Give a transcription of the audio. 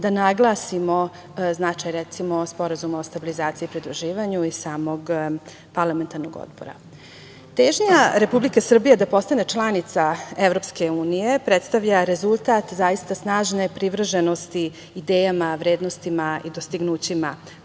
da naglasimo značaj recimo Sporazuma o stabilizaciji i pridruživanju i samog Parlamentarnog odbora. Težnja Republike Srbije da postane članica EU predstavlja rezultat zaista snažne privrženosti idejama, vrednostima i dostignućima na